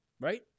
Right